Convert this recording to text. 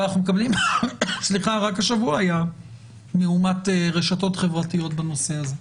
אבל אנחנו מקבלים רק השבוע היה מהומת רשתות חברתיות בנושא הזה.